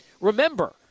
Remember